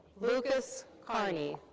lucas carney.